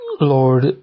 Lord